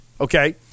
Okay